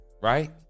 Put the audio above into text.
Right